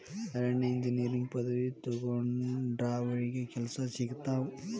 ಅರಣ್ಯ ಇಂಜಿನಿಯರಿಂಗ್ ಪದವಿ ತೊಗೊಂಡಾವ್ರಿಗೆ ಕೆಲ್ಸಾ ಸಿಕ್ಕಸಿಗತಾವ